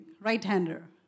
Right-hander